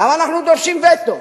למה אנחנו דורשים וטו?